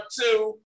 two